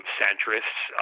centrists